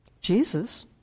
Jesus